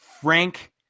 Frank